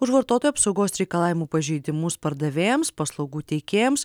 už vartotojų apsaugos reikalavimų pažeidimus pardavėjams paslaugų teikėjams